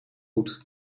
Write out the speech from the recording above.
goed